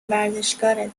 ورزشکاره